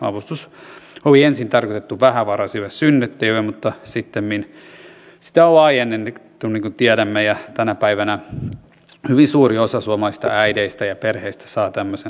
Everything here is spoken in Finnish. avustus oli ensin tarkoitettu vähävaraisille synnyttäjille mutta sittemmin sitä on laajennettu niin kuin tiedämme ja tänä päivänä hyvin suuri osa suomalaisista äideistä ja perheistä saa tämmöisen pakkauksen